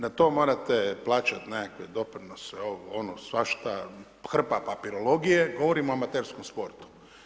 Na to morate plaćati nekakve doprinose, ovo ono, svašta, hrpa papirologije, govorim o amaterskom sportu.